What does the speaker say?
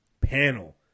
panel